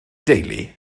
deulu